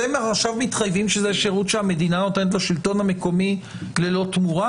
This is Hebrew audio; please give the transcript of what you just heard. אתם מתחייבים שזה שירות שהמדינה נותנת לשלטון המקומי ללא תמורה?